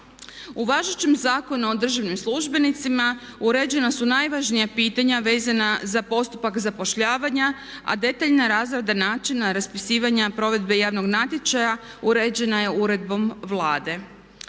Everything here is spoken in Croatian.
U važećem Zakonu o državnim službenicima uređena su najvažnija pitanja vezana za postupak zapošljavanja a detaljna razrada načina raspisivanja provedbe javnog natječaja uređena je uredbom Vlade.